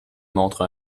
montre